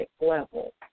level